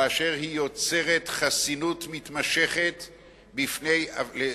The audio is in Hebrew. באשר היא יוצרת חסינות מתמשכת לעבריינים,